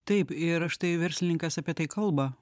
taip ir štai verslininkas apie tai kalba